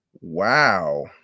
Wow